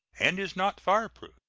and is not fireproof.